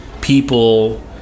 people